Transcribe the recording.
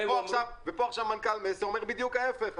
ופה עכשיו מנכ"ל מסר אומר בדיוק ההיפך.